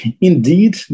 Indeed